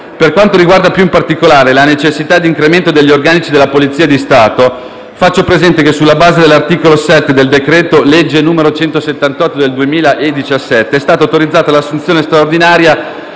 Per quanto riguarda, più in particolare, la necessità di incremento degli organici nella Polizia di Stato, faccio presente che sulla base della norma dell'articolo 7 del decreto-legge n. 148 del 2017, è stata già autorizzata l'assunzione straordinaria